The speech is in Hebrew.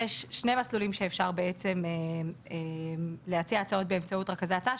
יש שני מסלולים בהם אפשר להציע הצעות באמצעות רכזי הצעה.